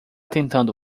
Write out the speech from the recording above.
tentando